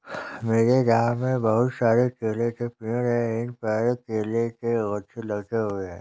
मेरे गांव में बहुत सारे केले के पेड़ हैं इन पर केले के गुच्छे लगे हुए हैं